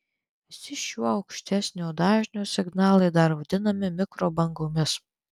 visi šiuo aukštesnio dažnio signalai dar vadinami mikrobangomis